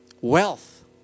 wealth